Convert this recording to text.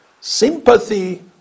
Sympathy